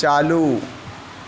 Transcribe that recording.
چالو